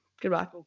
Goodbye